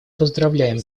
поздравляем